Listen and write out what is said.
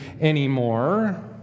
anymore